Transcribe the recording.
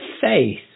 faith